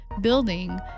building